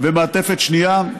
ומעטפת שנייה.